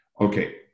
okay